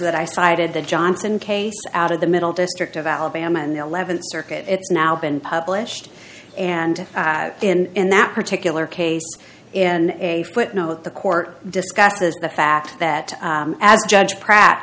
that i cited the johnson case out of the middle district of alabama and the th circuit it's now been published and in that particular case in a footnote the court discusses the fact that as judge pratt